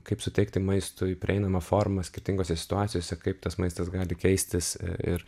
kaip suteikti maistui prieinamą formą skirtingose situacijose kaip tas maistas gali keistis ir